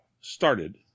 started